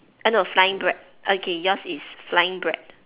uh no flying bread okay yours is flying bread